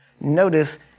notice